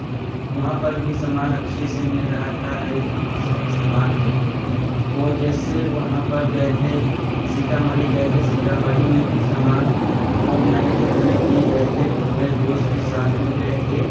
वहाँ पर भी सामान अच्छे से मिल रहा था हर एक एक से एक समान है और जैसे वहाँ पर गए थे सीतामढ़ी गए थे सीतामढ़ी में भी सामान वह मैंने घूमने के लिए गए थे अपने दोस्त के साथ में गए थे